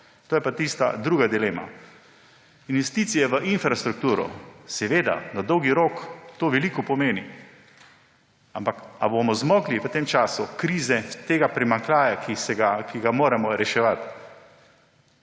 To je pa tista druga dilema. Investicije v infrastrukturo. Seveda na dolgi rok to veliko pomeni. Ampak ali bomo zmogli v tem času krize, tega primanjkljaja, ki ga moramo reševati?